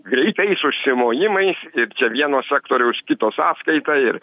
greitais užsimojimais ir čia vieno sektoriaus kito sąskaita ir